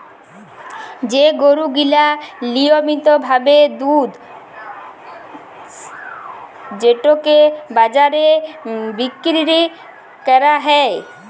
যে গরু গিলা লিয়মিত ভাবে দুধ যেটকে বাজারে বিক্কিরি ক্যরা হ্যয়